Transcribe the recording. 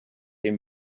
den